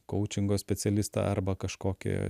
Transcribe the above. kaučingo specialistą arba kažkokį